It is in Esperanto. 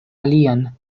alian